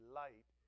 light